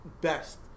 best